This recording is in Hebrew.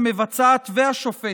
המבצעת והשופטת,